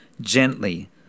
gently